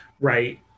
right